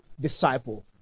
disciple